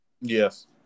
Yes